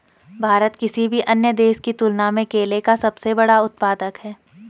भारत किसी भी अन्य देश की तुलना में केले का सबसे बड़ा उत्पादक है